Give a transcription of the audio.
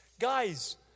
Guys